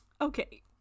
Okay